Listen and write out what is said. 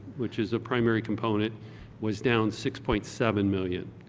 which is a primary component was down six point seven million.